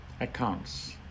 accounts